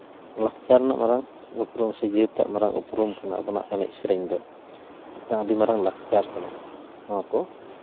ᱞᱟᱠᱪᱟᱨ ᱨᱮᱱᱟᱜ ᱢᱟᱨᱟᱝ ᱩᱯᱨᱩᱢ ᱥᱮ ᱡᱟᱹᱛᱟᱜ ᱢᱟᱨᱟᱝ ᱩᱯᱨᱩᱢ ᱠᱟᱱᱟ ᱟᱵᱚᱱᱟᱜ ᱮᱱᱮᱡ ᱥᱮᱨᱮᱧ ᱫᱚ ᱟᱹᱰᱤ ᱢᱟᱨᱟᱝ ᱞᱟᱠᱪᱟᱨ ᱠᱟᱱᱟ ᱱᱚᱣᱟ ᱠᱚ